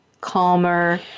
calmer